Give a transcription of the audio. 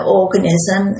organism